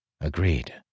Agreed